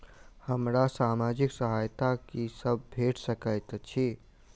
हमरा सामाजिक सहायता की सब भेट सकैत अछि?